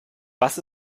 was